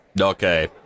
Okay